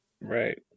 Right